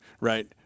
right